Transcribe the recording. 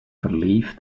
verlief